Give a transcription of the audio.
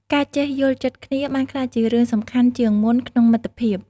ការចេះយល់ចិត្តគ្នា បានក្លាយជារឿងសំខាន់ជាងមុនក្នុងមិត្តភាព។